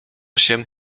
się